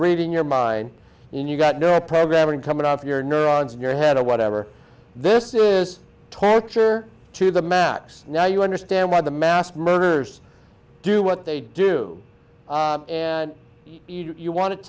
reading your mind and you've got no programming coming off your neurons in your head or whatever this is torture to the max now you understand why the mass murders do what they do and you want